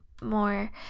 more